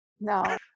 No